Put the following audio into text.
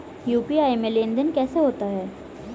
UPI में लेनदेन कैसे होता है?